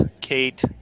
Kate